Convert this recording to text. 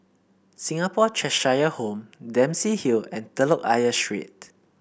Singapore Cheshire Home Dempsey Hill and Telok Ayer Street